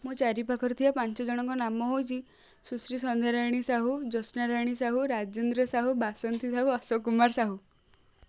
ମୋ ଚାରିପାଖରେ ଥିବା ପାଞ୍ଚଜଣଙ୍କ ନାମ ହଉଛି ସୁଶ୍ରୀ ସନ୍ଧ୍ୟାରାଣୀ ସାହୁ ଜୋତ୍ସ୍ନାରାଣୀ ସାହୁ ରାଜେନ୍ଦ୍ର ସାହୁ ବାସନ୍ତୀ ସାହୁ ଅଶୋକ କୁମାର ସାହୁ